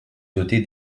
dotée